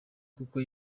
kuko